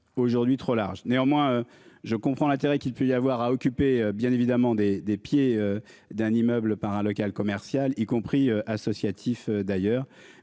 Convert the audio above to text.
aujourd'hui trop large néanmoins. Je comprends l'intérêt qu'il peut y avoir à occuper bien évidemment des des pieds d'un immeuble par un local commercial y compris associatif d'ailleurs